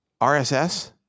rss